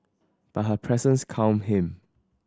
but her presence calmed him